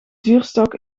zuurstok